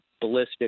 ballistic